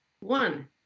one